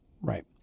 Right